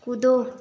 कूदो